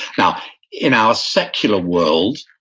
now in our secular world,